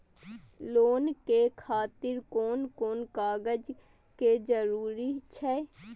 Loan के खातिर कोन कोन कागज के जरूरी छै?